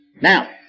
Now